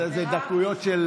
זה דקויות.